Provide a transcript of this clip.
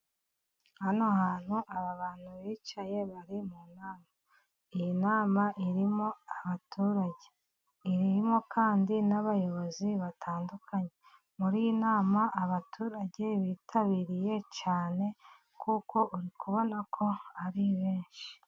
Hano hantu hari bantu bicaye bari mu nama, iyi nama irimo abaturage, irimo kandi n'abayobozi batandukanye, muri iyi nama abaturage bitabiriye cyane, kuko uri kubona ko hari benshi.